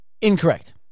Incorrect